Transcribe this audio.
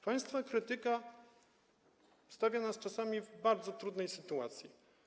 Państwa krytyka stawia nas czasami w bardzo trudnej sytuacji.